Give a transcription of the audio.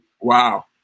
Wow